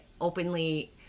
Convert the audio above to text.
openly